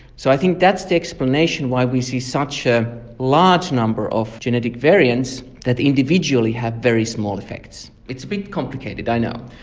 so i think that's the explanation why we see such a large number of genetic variants that individually have very small effects. it's a bit complicated i know.